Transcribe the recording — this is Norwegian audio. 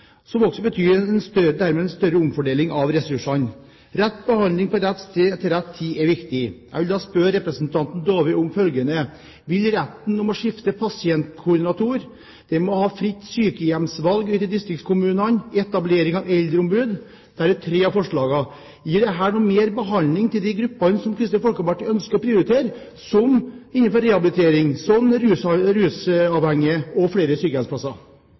saksordføreren også har presisert. Gjennom denne behandlingen har vi styrket folkehelsearbeidet, dette med bedre og mer samhandling, større satsing på kronikergrupper, oppgavefordelingen mellom spesialisthelsetjenesten og primærhelsetjenesten, som dermed betyr en større omfordeling av ressursene. «Rett behandling – på rett sted – til rett tid» er viktig. Jeg vil spørre representanten Dåvøy om følgende: Vil retten til å skifte pasientkoordinator, det å ha fritt sykehjemsvalg ute i distriktskommunene og etablering av eldreombud, som er tre av forslagene, gi noe mer behandling til de gruppene som